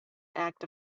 act